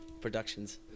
Productions